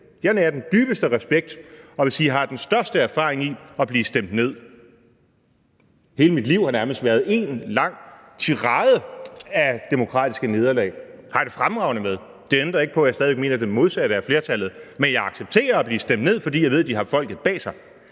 Og jeg vil sige, at jeg har den største erfaring i at blive stemt ned. Hele mit liv har nærmest været en lang tirade af demokratiske nederlag. Det har jeg det fremragende med. Det ændrer ikke på, at jeg stadig mener det modsatte af flertallet. Men jeg accepterer at blive stemt ned, fordi jeg ved, de har folket bag sig.